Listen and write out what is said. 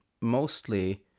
mostly